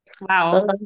wow